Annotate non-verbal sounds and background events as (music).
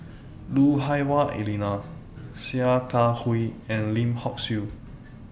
Lui Hah Wah Elena Sia Kah Hui and Lim Hock Siew (noise)